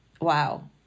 wow